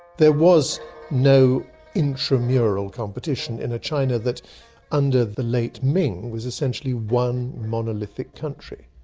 there was no intramural competition in a china that under the late ming was essentially one monolithic country.